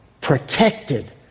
protected